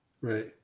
Right